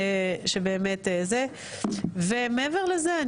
מעבר לזה,